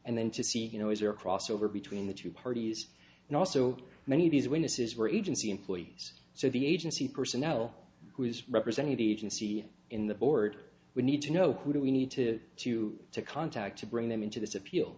see you know is there a crossover between the two parties and also many of these witnesses were agency employees so the agency personnel who is representing the agency in the board we need to know who do we need to to to contact to bring them into this appeal